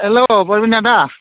हेल' आदा